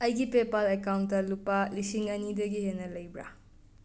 ꯑꯩꯒꯤ PayPal account ꯂꯨꯄꯥ ꯂꯤꯁꯤꯡ ꯑꯅꯤꯗꯒꯤ ꯍꯦꯟꯅ ꯂꯩꯕ꯭ꯔꯥ